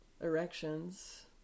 erections